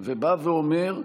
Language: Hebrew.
ובא ואומר: